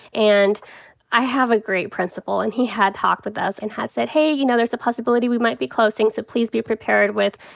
and i have a great principal. and he had talked with us and had say, hey, you know, there's a possibility we might be closing. so please be prepared with,